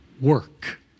Work